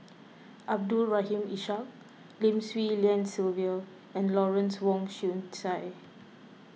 Abdul Rahim Ishak Lim Swee Lian Sylvia and Lawrence Wong Shyun Tsai